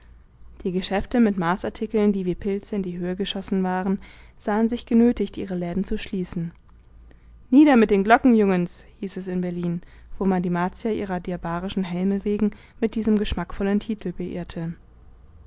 die geschäfte mit marsartikeln die wie pilze in die höhe geschossen waren sahen sich genötigt ihre läden zu schließen nieder mit den glockenjungens hieß es in berlin wo man die martier ihrer diabarischen helme wegen mit diesem geschmackvollen titel beehrte